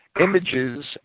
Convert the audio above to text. images